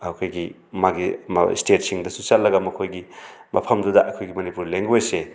ꯑꯩꯈꯣꯏꯒꯤ ꯃꯥꯒꯤ ꯏꯁꯇꯦꯠꯁꯤꯡꯗꯁꯨ ꯆꯠꯂꯒ ꯃꯈꯣꯏꯒꯤ ꯃꯐꯝꯗꯨꯗ ꯑꯩꯈꯣꯏꯒꯤ ꯃꯅꯤꯄꯨꯔ ꯂꯦꯡꯒ꯭ꯋꯦꯖꯁꯦ